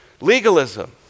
Legalism